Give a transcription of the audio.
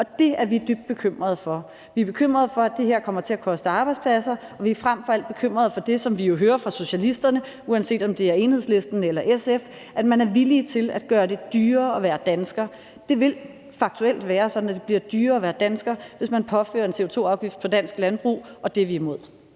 Og det er vi dybt bekymrede for; vi er bekymrede for, at det her kommer til at koste arbejdspladser, og vi er frem for alt bekymrede for det, som vi jo hører fra socialisterne, uanset om det er Enhedslisten eller SF, altså at man er villige til at gøre det dyrere at være dansker. Det vil faktuelt være sådan, at det bliver dyrere at være dansker, hvis man påfører en CO2-afgift på dansk landbrug, og det er vi imod.